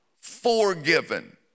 forgiven